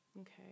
okay